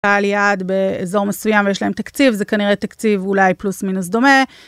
קהל יעד באזור מסוים יש להם תקציב, זה כנראה תקציב אולי פלוס-מינוס דומה